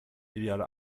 ideale